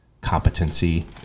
competency